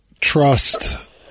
trust